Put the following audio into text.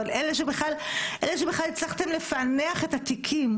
אבל אלה שבכלל הצלחתם לפענח את התיקים,